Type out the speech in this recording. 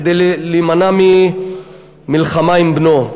כדי להימנע ממלחמה עם בנו.